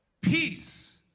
peace